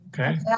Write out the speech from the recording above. Okay